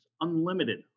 unlimited